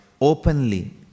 openly